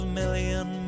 million